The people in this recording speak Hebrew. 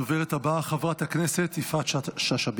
הדוברת הבאה, חברת הכנסת יפעת שאשא ביטון.